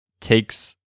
takes